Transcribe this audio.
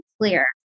clear